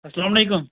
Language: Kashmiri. السلامُ علیکُم